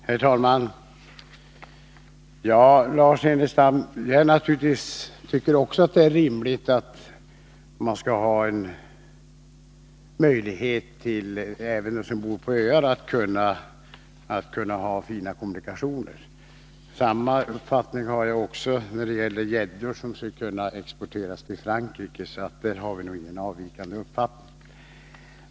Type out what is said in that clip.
Herr talman! Jag tycker naturligtvis också, Lars Ernestam, att det är rimligt att människor även på öar skall ha möjlighet att ha fina kommunikationer. Jag har samma uppfattning när det gäller gäddor som skall kunna exporteras till Frankrike. På dessa punkter har vi nog inte skilda uppfattningar.